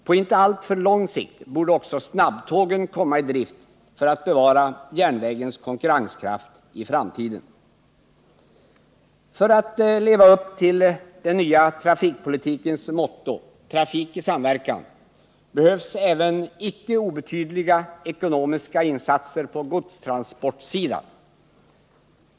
På inte alltför lång sikt borde också snabbtågen komma i drift för att bevara järnvägens konkurrenskraft i framtiden. För att leva upp till den nya trafikpolitikens motto — trafik i samverkan — behövs även icke obetydliga ekonomiska insatser på godstransportsidan.